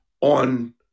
on